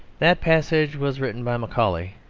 that passage was written by macaulay,